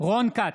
רון כץ,